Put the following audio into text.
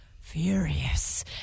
furious